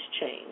change